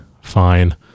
fine